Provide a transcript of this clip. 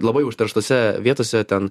labai užterštose vietose ten